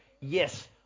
Yes